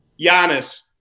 Giannis